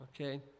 Okay